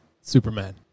Superman